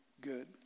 good